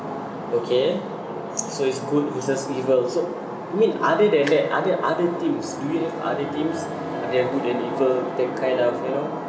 okay so it's good versus evil so I mean other than that are there other themes do you have other themes that are good and evil that kind of you know